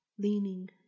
leaning